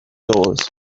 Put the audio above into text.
doors